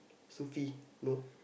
Sophie no